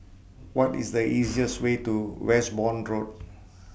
What IS The easiest Way to Westbourne Road